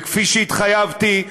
כפי שהתחייבתי,